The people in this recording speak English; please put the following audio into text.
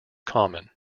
common